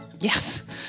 Yes